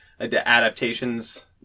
adaptations